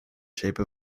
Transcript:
shape